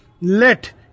Let